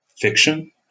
fiction